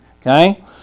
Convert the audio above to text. Okay